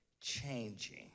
changing